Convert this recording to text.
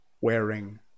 wearing